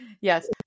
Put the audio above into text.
yes